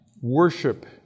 worship